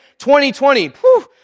2020